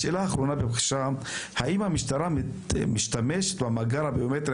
השאלה האחרונה היא האם המשטרה משתמש במאגר הביומטרי